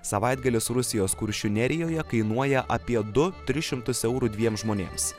savaitgalis rusijos kuršių nerijoje kainuoja apie du tris šimtus eurų dviem žmonėms